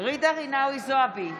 ג'ידא רינאוי זועבי,